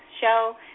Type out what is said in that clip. show